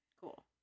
Cool